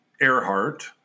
Earhart